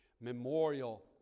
memorial